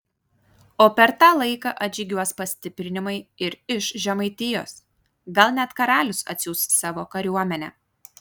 o per tą laiką atžygiuos pastiprinimai ir iš žemaitijos gal net karalius atsiųs savo kariuomenę